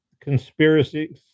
conspiracy